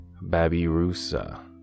babirusa